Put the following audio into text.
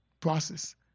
process